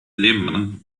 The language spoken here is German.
lehmann